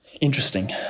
Interesting